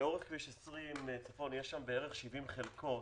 לאורך כביש 20 צפון יש בערך 70 חלקות,